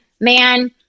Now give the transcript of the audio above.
man